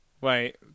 Wait